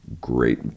great